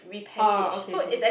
oh okay okay